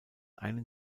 einen